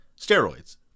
steroids